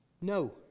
No